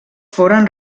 foren